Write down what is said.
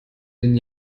den